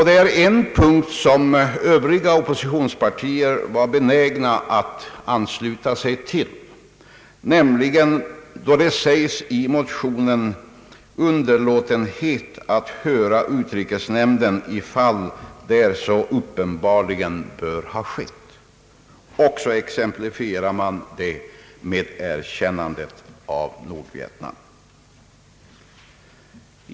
Det finns en punkt i motionen som övriga oppositionspartier var benägna att ansluta sig till, nämligen den där det talas om »underlåtenhet att höra utrikesnämnden i fall där så uppenbarligen borde ha skett», och man tar som exempel erkännandet av Nordvietnam.